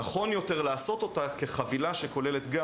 נכון יותר לעשות אותה כחבילה שכוללת גם